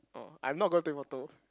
oh I'm not gonna take photo